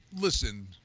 listen